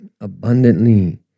abundantly